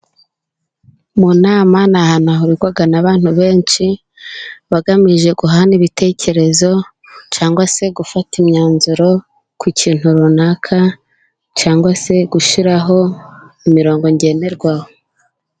Mu nama ni ahantu hahurirwa n'abantu benshi bagamije guhana ibitekerezo, cyangwa se gufata imyanzuro ku kintu runaka, cyangwa se gushyiraho imirongo ngenderwaho.